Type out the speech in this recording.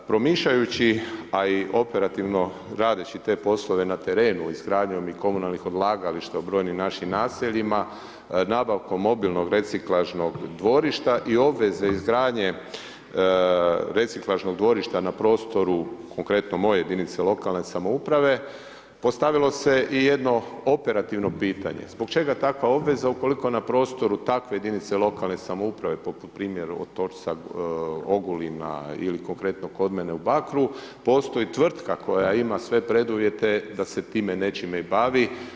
Promišljajući a i operativno radeći te poslove na terenu izgradnjom i komunalnih odlagališta u brojnim našim naseljima nabavkom mobilnog reciklažnog dvorišta i obveze izgradnje reciklažnog dvorišta na prostoru konkretno moje jedinice lokalne samouprave postavilo se i jedno operativno pitanje zbog čega takva obveza ukoliko na prostoru takve jedinice lokalne samouprave poput primjer Otočca, Ogulina ili konkretno kod mene u Bakru, postoji tvrtka koja ima sve preduvjete da se time nečime i bavi.